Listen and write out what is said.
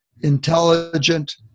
intelligent